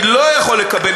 אני לא יכול לקבל,